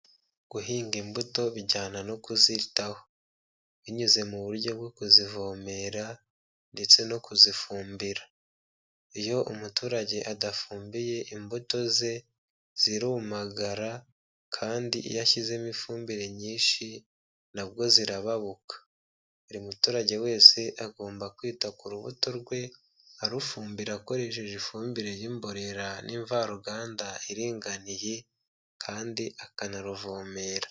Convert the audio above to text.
Guhinga imbuto bijyana no kuzitaho, binyuze mu buryo bwo kuzivomerera ndetse no kuzifumbira, iyo umuturage adafumbiye imbuto ze zirumagara kandi iyo ashyizemo ifumbire nyinshi nabwo zirababuka, buri muturage wese agomba kwita ku rubuto rwe arufumbira akoresheje ifumbire y'imborera n'imvaruganda iringaniye kandi akanaruvomerera.